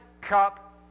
cup